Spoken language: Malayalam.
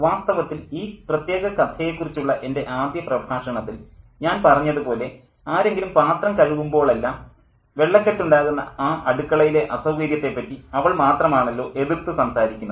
വാസ്തവത്തിൽ ഈ പ്രത്യേക കഥയെക്കുറിച്ചുള്ള എൻ്റെ ആദ്യ പ്രഭാഷണത്തിൽ ഞാൻ പറഞ്ഞതുപോലെ ആരെങ്കിലും പാത്രം കഴുകുമ്പോളെല്ലാം വെള്ളക്കെട്ടുണ്ടാകുന്ന ആ അടുക്കളയിലെ അസൌകര്യത്തെപ്പറ്റി അവൾ മാത്രമാണല്ലോ എതിർത്തു സംസാരിക്കുന്നത്